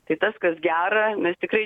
tai tas kas gera mes tikrai